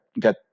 get